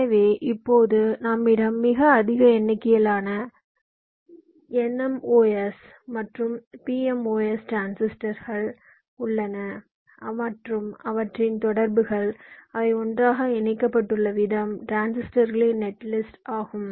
எனவே இப்போது நம்மிடம் மிக அதிக எண்ணிக்கையிலான என்எம்ஓஎஸ் மற்றும் பிஎம்ஓஎஸ் டிரான்சிஸ்டர்கள் உள்ளன மற்றும் அவற்றின் தொடர்புகள் அவை ஒன்றாக இணைக்கப்பட்டுள்ள விதம் டிரான்சிஸ்டர்களின் நெட்லிஸ்ட் ஆகும்